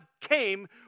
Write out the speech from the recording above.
came